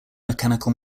mechanical